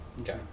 Okay